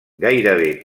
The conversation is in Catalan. gairebé